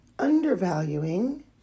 undervaluing